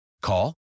call